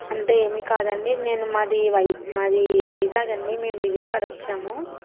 అంటే ఏమీ కాదండి నేను మాది మాది వైజాగ్ అండి మేము విజయవాడ వచ్చాము